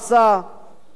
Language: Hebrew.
אדוני היושב-ראש,